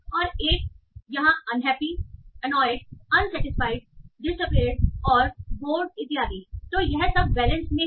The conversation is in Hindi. और 1 यहाँ अनहैप्पी एनोएड अनसेटिस्फाइड डिस्पेरडऔर बोर्ड इत्यादि तो यह सब वैलेंस में हैं